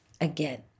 again